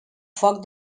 foc